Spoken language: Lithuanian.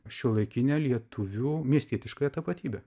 šiuolaikinę lietuvių miestietiškąją tapatybę